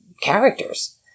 characters